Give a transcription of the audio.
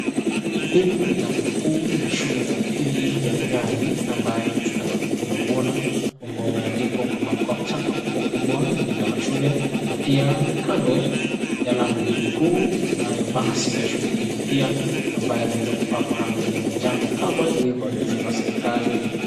Hili ni lango kuu na shule ya upili ya Nyali ambayo tunauona ambayo imeandikwa kwamba kwa wachapa kubwa kubwa jina la shule na pia kando ya lango hili kuu kunayo basi ya shule hili pia ambayo imeweza kupakwa rangi ya manjano kama ilivyoagizwa na serikali.